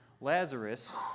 Lazarus